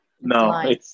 No